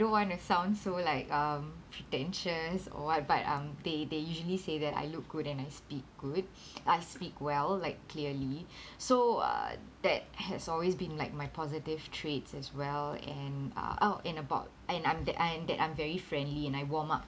don't want to sound so like um pretentious or what but um they they usually say that I look good and I speak good I speak well like clearly so uh that has always been like my positive traits as well and uh oh and about and I'm that I'm that I'm very friendly and I warm up